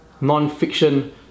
non-fiction